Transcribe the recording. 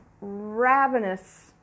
ravenous